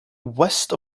west